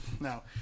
No